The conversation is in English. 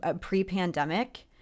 pre-pandemic